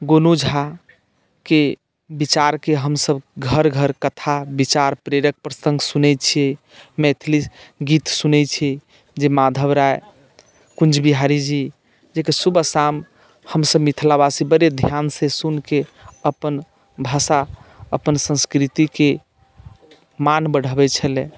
गोनू झाके विचारके हमसभ घर घर कथा विचार प्रेरक प्रसँग सुनैत छियै मैथिली गीत सुनैत छी जे माधव राय कुञ्ज बिहारीजी जकर सुबह शाम हमसभ मिथिलावासी बड़े ध्यानसँ सुनिके अपन भाषा अपन संस्कृतिके मान बढ़बैत छलै